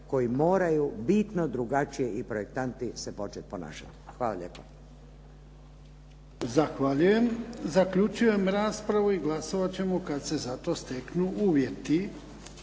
koji moraju bitno drugačije i projektanti se počet ponašat. Hvala lijepa.